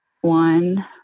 one